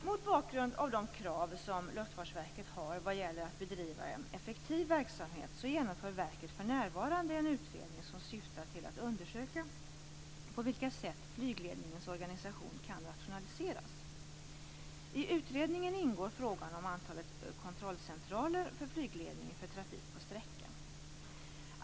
Mot bakgrund av de krav som LFV har vad gäller att bedriva en effektiv verksamhet så genomför verket för närvarande en utredning som syftar till att undersöka på vilka sätt flygledningens organisation kan rationaliseras. I utredningen ingår frågan om antalet kontrollcentraler för flygledningen för trafik "på sträcka".